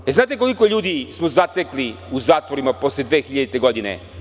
Da li znate koliko ljudi smo zatekli u zatvorima posle 2000. godine?